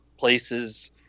places